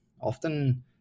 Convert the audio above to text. often